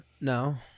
No